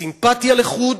סימפתיה לחוד